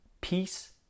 peace